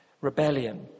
Rebellion